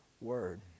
word